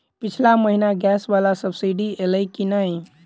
पिछला महीना गैस वला सब्सिडी ऐलई की नहि?